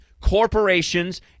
Corporations